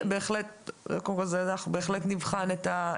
אנחנו בהחלט נבחן את זה,